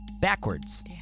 backwards